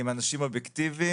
עם אנשים אובייקטיביים.